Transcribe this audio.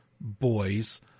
Boys